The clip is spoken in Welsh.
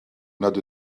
nad